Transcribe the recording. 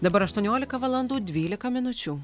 dabar aštuoniolika valandų dvylika minučių